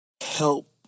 help